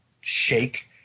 shake